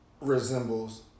resembles